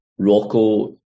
Rocco